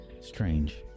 Strange